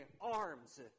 arms